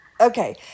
okay